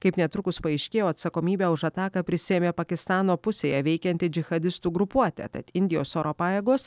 kaip netrukus paaiškėjo atsakomybę už ataką prisiėmė pakistano pusėje veikianti džihadistų grupuotė tad indijos oro pajėgos